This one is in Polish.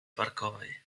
parkowej